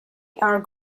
are